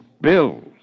bills